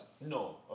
No